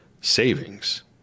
savings